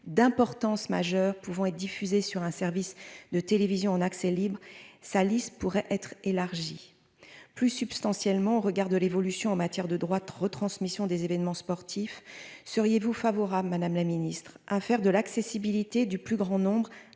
d'importance majeure pouvant être diffusé sur un service de télévision en accès libre, sa liste pourrait être élargie plus substantiellement au regard de l'évolution en matière de droite retransmission des événements sportifs, seriez-vous favorable Madame la Ministre, à faire de l'accessibilité du plus grand nombre,